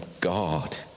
God